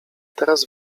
teraz